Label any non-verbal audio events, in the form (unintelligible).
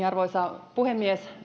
(unintelligible) arvoisa puhemies